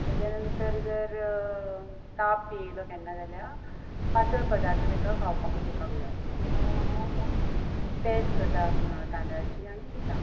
नंतर जर ताप बी येलो जाल्यार केन्ना पातळ पदार्थ तेकां खावपाक दिवपाक जाय सो हांव मोस्टली पेज करतां तांदळाची आनी दितां